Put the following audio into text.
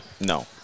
No